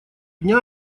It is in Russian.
дня